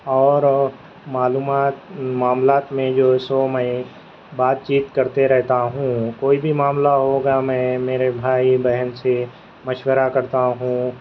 اور معلومات معاملات میں جو سو میں بات چیت کرتے رہتا ہوں کوئی بھی معاملہ ہوگا میں میرے بھائی بہن سے مشورہ کرتا ہوں